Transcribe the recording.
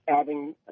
adding